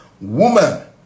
Woman